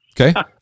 Okay